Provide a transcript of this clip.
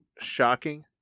shocking